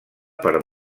per